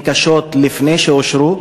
הן קשות לפני שהן אושרו?